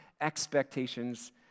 expectations